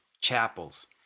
chapels